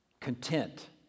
content